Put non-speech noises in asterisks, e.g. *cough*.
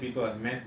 *breath*